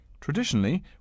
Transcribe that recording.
Traditionally